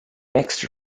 mixed